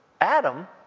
Adam